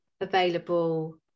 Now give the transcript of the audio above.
available